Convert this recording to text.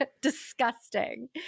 disgusting